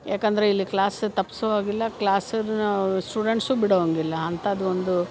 ಯಾಕಂದರೆ ಇಲ್ಲಿ ಕ್ಲಾಸ್ ತಪ್ಸೊ ಹಾಗಿಲ್ಲ ಕ್ಲಾಸನ್ನು ನಾವು ಸ್ಟುಡೆಂಟ್ಸೂ ಬಿಡುವಂಗಿಲ್ಲ ಅಂಥದ್ದೊಂದು